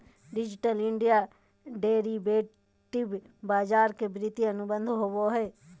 digital India derivative बाजार के वित्तीय अनुबंध होबो हइ